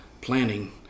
planning